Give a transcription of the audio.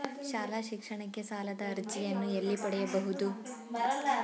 ಶಾಲಾ ಶಿಕ್ಷಣಕ್ಕೆ ಸಾಲದ ಅರ್ಜಿಯನ್ನು ಎಲ್ಲಿ ಪಡೆಯಬಹುದು?